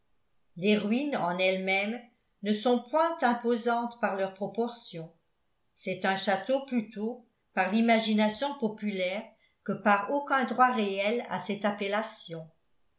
les ruines en elles-mêmes ne sont point imposantes par leurs proportions c'est un château plutôt par l'imagination populaire que par aucun droit réel à cette appellation